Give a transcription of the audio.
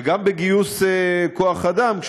וגם בגיוס כוח-אדם.